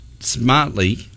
Smartly